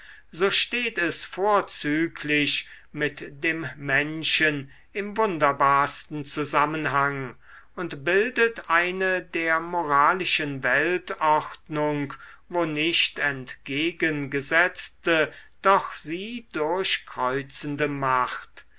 so steht es vorzüglich mit dem menschen im wunderbarsten zusammenhang und bildet eine der moralischen weltordnung wo nicht entgegengesetzte doch sie durchkreuzende macht